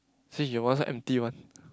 see your one so empty one